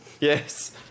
Yes